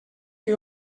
que